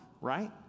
right